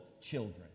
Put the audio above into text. children